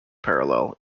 parallel